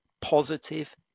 positive